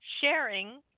Sharing